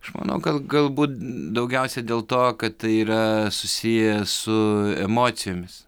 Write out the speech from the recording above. aš manau gal galbūt daugiausia dėl to kad tai yra susiję su emocijomis